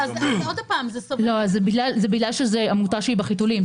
זה בגלל שהיא עמותה שהיא בחיתולים,